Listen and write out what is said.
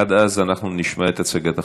ועד אז אנחנו נשמע את הצגת החוקים.